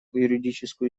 юридическую